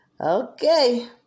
Okay